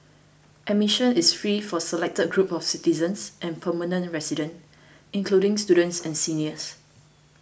admission is free for selected groups of citizens and permanent residents including students and seniors